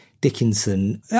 Dickinson